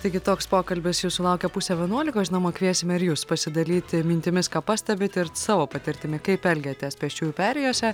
taigi toks pokalbis jūsų laukia pusę vienuolikos žinoma kviesime ir jus pasidalyti mintimis ką pastebit ir savo patirtimi kaip elgiatės pėsčiųjų perėjose